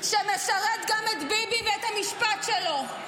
שמשרת גם את ביבי ואת המשפט שלו.